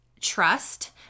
trust